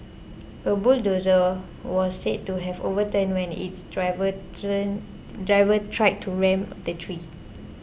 a bulldozer was said to have overturned when its driver driver tried to ram the tree